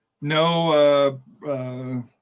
no